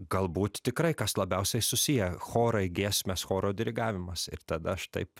galbūt tikrai kas labiausiai susiję chorai giesmės choro dirigavimas ir tad aš taip